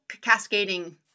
cascading